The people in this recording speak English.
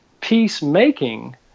peacemaking